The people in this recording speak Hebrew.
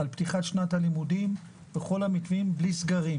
על פתיחת שנת הלימודים בכל המתווים בלי סגרים,